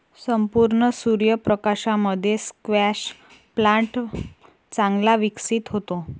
संपूर्ण सूर्य प्रकाशामध्ये स्क्वॅश प्लांट चांगला विकसित होतो